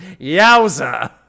Yowza